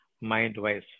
Mind-wise